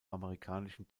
amerikanischen